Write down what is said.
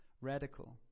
radical